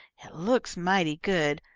it looks mighty good,